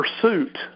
pursuit